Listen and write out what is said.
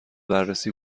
بررسی